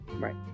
Right